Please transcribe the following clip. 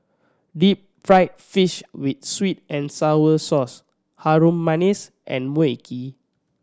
deep fried fish with sweet and sour sauce Harum Manis and Mui Kee